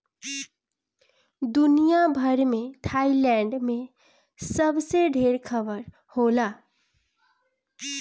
दुनिया भर में थाईलैंड में सबसे ढेर रबड़ होला